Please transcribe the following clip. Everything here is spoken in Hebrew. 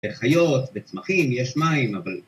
חיות וצמחים, יש מים אבל